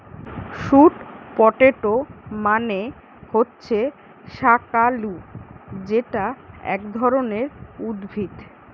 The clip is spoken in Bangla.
স্যুট পটেটো মানে হচ্ছে শাকালু যেটা এক ধরণের উদ্ভিদ